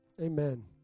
Amen